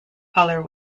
colour